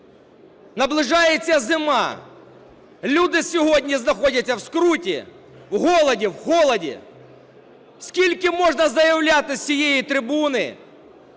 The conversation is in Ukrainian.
Наближається зима, люди сьогодні знаходяться в скруті, в голоді, в холоді. Скільки можна заявляти з цієї трибуни,